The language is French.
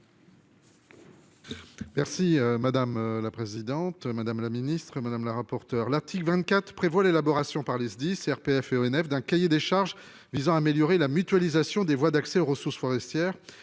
Merci madame la présidente, madame la ministre Madame la rapporteure. L'article 24 prévoit l'élaboration par les SDIS RPF et ONF d'un cahier des charges visant à améliorer la mutualisation des voies d'accès aux ressources forestières